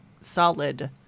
solid